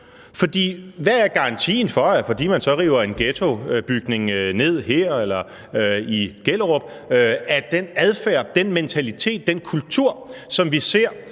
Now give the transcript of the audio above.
hvad er garantien for – fordi man river en ghettobygning ned her eller i Gellerup – at den adfærd, den mentalitet, den kultur, som vi ser